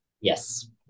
Yes